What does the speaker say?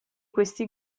questi